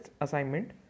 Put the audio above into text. assignment